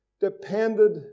depended